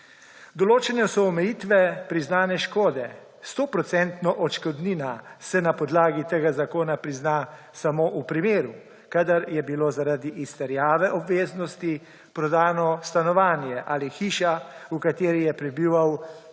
Določene so omejitve priznane škode. 100-procentna odškodnina se na podlagi tega zakona se prizna samo v primeru, kadar je bilo zaradi izterjave obveznosti prodano stanovanje ali hiša, v kateri je prebival